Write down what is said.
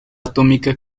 atómica